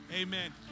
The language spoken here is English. Amen